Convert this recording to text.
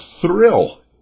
thrill